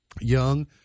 Young